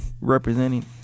representing